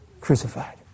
crucified